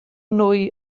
nwy